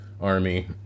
army